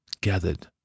gathered